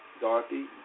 Dorothy